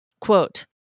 Quote